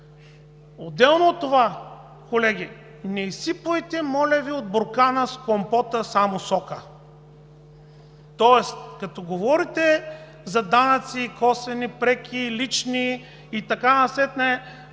Отделно от това, колеги, не изсипвайте, моля Ви, от буркана с компота само сока, тоест като говорите за данъци – косвени, преки, лични, и така насетне,